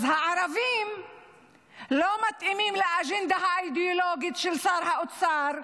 אז הערבים לא מתאימים לאג'נדה האידיאולוגית של שר האוצר,